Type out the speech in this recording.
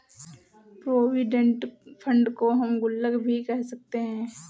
provident fund को हम गुल्लक भी कह सकते हैं